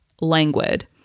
languid